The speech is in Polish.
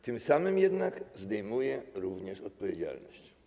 Tym samym jednak zdejmuje również odpowiedzialność.